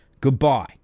Goodbye